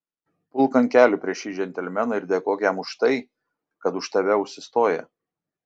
pulk ant kelių prieš šį džentelmeną ir dėkok jam už tai kad už tave užsistoja